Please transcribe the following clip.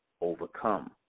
overcome